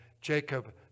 Jacob